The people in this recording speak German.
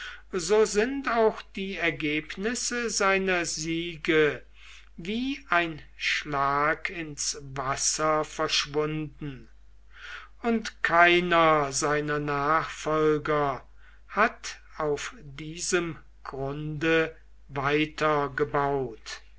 so sind auch die ergebnisse seiner siege wie ein schlag ins wasser verschwunden und keiner seiner nachfolger hat auf diesem grunde